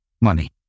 money